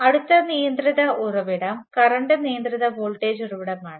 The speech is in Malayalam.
അടുത്ത നിയന്ത്രിത ഉറവിടം കറണ്ട് നിയന്ത്രിത വോൾട്ടേജ് ഉറവിടമാണ്